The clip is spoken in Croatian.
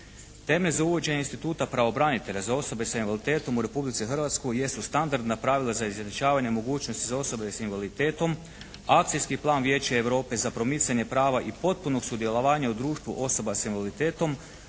Teme za uvođenje instituta pravobranitelja za osobe s invaliditetom u Republici Hrvatskoj jesu standardna pravila za izjednačavanje mogućnosti za osobe s invaliditetom, akcijski plan Vijeća Europe za promicanje prava i potpunog sudjelovanja u društvu osoba s invaliditetom,